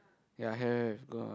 ya have have have go ah